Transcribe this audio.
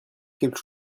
quelque